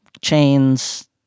chains